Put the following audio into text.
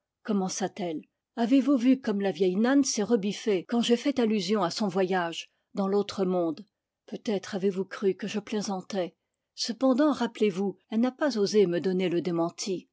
commença-t-elle avez-vous vu comme la vieille nann s'est rebiffée quand j'ai fait allusion à son voyage dans l'autre monde peut-être avez-vous cru que je plaisantais cependant rappelez-vous elle n'a pas osé me donner le démenti